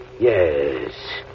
Yes